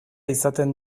izaten